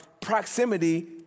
proximity